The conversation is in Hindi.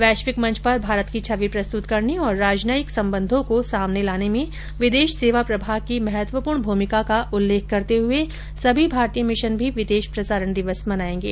वैश्विक मंच पर भारत की छवि प्रस्तुत करने और राजनयिक संबंधों को सामने लाने में विदेश सेवा प्रभाग की महत्वपूर्ण भ्रमिका का उल्लेख करते हुए सभी भारतीय मिशन भी विदेश प्रसारण दिवस मनाएंगे